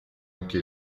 anche